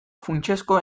funtsezko